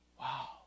Wow